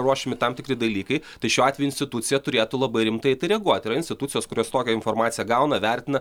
ruošiami tam tikri dalykai tai šiuo atveju institucija turėtų labai rimtai į tai reaguot yra institucijos kurios tokią informaciją gauna vertina